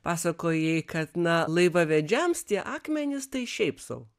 pasakojai kad na laivavedžiams tie akmenys tai šiaip sau